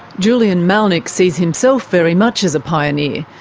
julian malnic sees himself very much as a pioneer.